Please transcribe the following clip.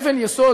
אבן יסוד.